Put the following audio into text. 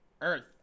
Earth